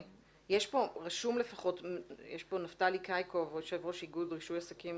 נמצא פה נפתלי קאיקוב, יו"ר איגוד רישוי עסקים